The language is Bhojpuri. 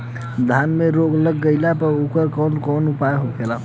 धान में रोग लग गईला पर उकर कवन कवन उपाय होखेला?